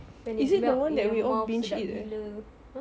when it melt in your mouth sedap gila !huh!